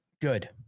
Good